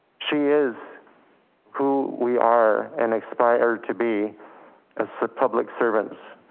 she is who we are and inspire to be as so public servants.